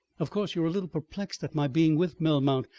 of course, you're a little perplexed at my being with melmount.